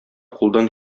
кулдан